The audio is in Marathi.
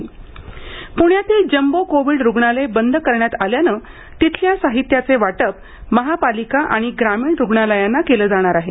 प्ण्यातील जम्बो कोविड रुग्णालय बंद करण्यात आल्याने तिथल्या साहित्याचे वाटप महापालिका आणि ग्रामीण रुग्णालयांना केलं जाणार आहे